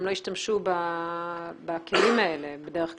הם לא ישתמשו בכלים האלה בדרך כלל.